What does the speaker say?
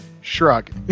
shrug